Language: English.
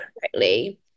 correctly